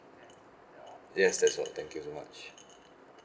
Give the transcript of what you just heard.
yes that's all thank you so much